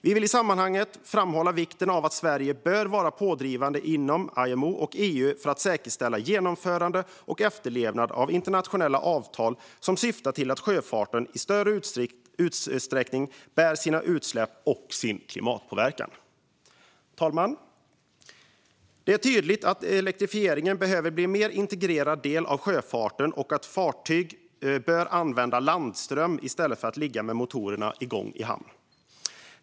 Vi vill i sammanhanget framhålla vikten av att Sverige bör vara pådrivande inom IMO och EU för att säkerställa genomförande och efterlevnad av internationella avtal som syftar till att sjöfarten i större utsträckning ska bära sina egna utsläpp och sin klimatpåverkan. Fru talman! Det är tydligt att elektrifieringen behöver bli en mer integrerad del av sjöfarten och att fartyg bör använda landström i stället för att ligga med motorerna igång i hamn.